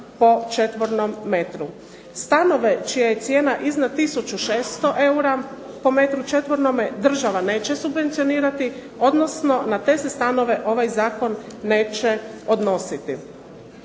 Stanove čija je cijena iznad tisuću 600 eura po metru četvornome država neće subvencionirati, odnosno na te se stanove ovaj zakon neće odnositi.